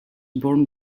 worn